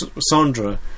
Sandra